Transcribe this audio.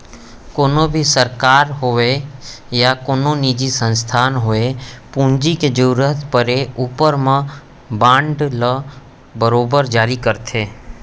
कोनों भी सरकार होवय या कोनो निजी संस्था होवय पूंजी के जरूरत परे ऊपर म बांड ल बरोबर जारी करथे